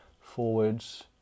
forwards